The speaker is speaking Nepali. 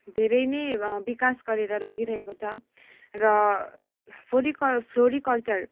धेरै नै बिकास गरेर लगिरहेको छ र फोरिकल् फ्लोरीकल्चर